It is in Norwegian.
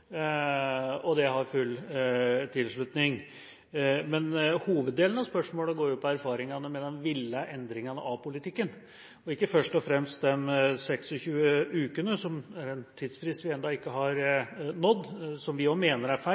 og det har full tilslutning. Men hoveddelen av spørsmålet går på erfaringene med den villede endringen av politikken, og ikke først og fremst de 26 ukene, som er en tidsfrist vi ennå ikke har nådd, og som vi også mener er feil.